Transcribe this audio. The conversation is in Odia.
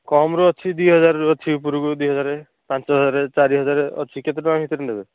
କମ୍ରୁ ଅଛି ଦୁଇ ହଜାରରୁ ଅଛି ଉପରକୁ ଦୁଇ ହଜାର ପାଞ୍ଚ ହଜାର ଚାରି ହଜାର ଅଛି କେତେ ଟଙ୍କା ଭିତରେ ନେବେ